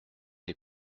les